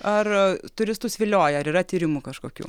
ar turistus vilioja ar yra tyrimų kažkokių